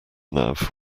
nav